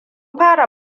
fara